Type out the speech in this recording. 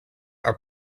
are